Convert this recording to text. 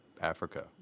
Africa